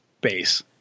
base